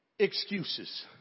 Excuses